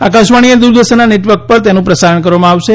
આકાશવાણી અને દૂરદર્શનના નેટવર્ક પર તેનું પ્રસારણ કરવામાં આવશે